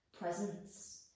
presence